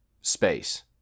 space